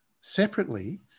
separately